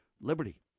liberty